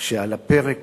כשעל הפרק